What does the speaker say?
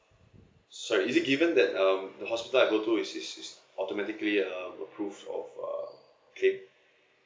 sorry is it given that um the hospital I go to is is is automatically uh approve of uh claim